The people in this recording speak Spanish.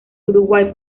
uruguay